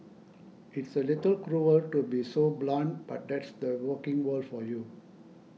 it's a little cruel to be so blunt but that's the working world for you